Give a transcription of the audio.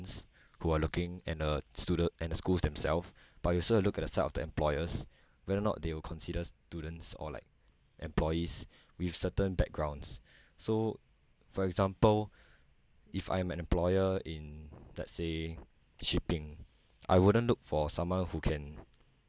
who are looking and uh stude~ and the schools themselves but also look at the side of the employers whether not they will consider students or like employees with certain backgrounds so for example if I am an employer in let's say shipping I wouldn't look for someone who can